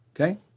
Okay